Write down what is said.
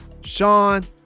Sean